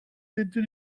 tête